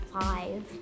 five